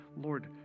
Lord